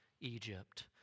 Egypt